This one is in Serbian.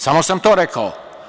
Samo sam to rekao.